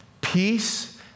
peace